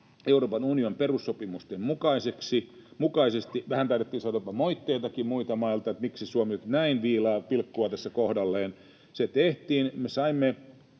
Euroopan unionin perussopimusten mukaisesti — vähän taidettiin saada jopa moitteitakin muilta mailta siitä, miksi Suomi nyt näin viilaa pilkkua tässä kohdalleen. Se tehtiin,